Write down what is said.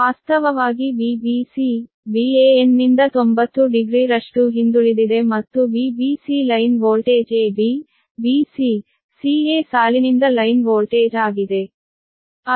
ವಾಸ್ತವವಾಗಿ Vbc Vanನಿಂದ 900 ರಷ್ಟು ಹಿಂದುಳಿದಿದೆ ಮತ್ತು Vbc line voltage AB BC CA ಸಾಲಿನಿಂದ ಲೈನ್ ವೋಲ್ಟೇಜ್ ಆಗಿದೆ